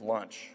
Lunch